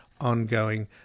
ongoing